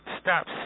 Stop